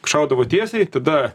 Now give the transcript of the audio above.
šaudavo tiesiai tada